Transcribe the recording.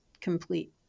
complete